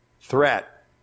threat